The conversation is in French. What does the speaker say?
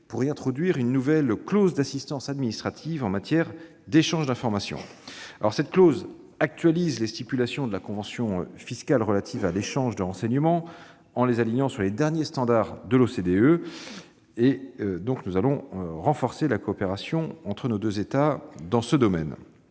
pour y introduire une nouvelle clause d'assistance administrative en matière d'échange d'informations. Cette clause actualise les stipulations de la convention fiscale relatives à l'échange de renseignements, en les alignant sur les derniers standards de l'OCDE (Organisation de coopération et de développement